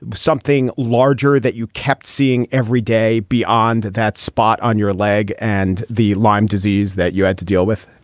but something larger that you kept seeing every day beyond that spot on your leg and the lyme disease that you had to deal with?